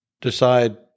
decide